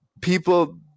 people